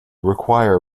require